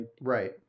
Right